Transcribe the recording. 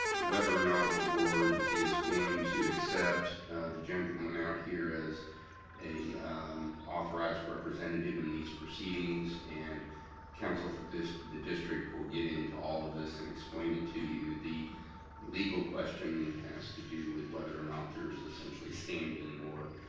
whether or not the board is going to accept the gentleman out here as an authorized representative in these proceedings, and counsel for this district will get into all of this and explain it to you. the legal question has to do with whether or not there is essentially standing, or